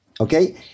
Okay